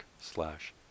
slash